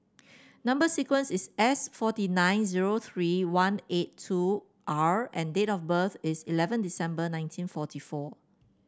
number sequence is S forty nine zero three one eight two R and date of birth is eleven December nineteen forty four